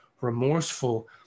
remorseful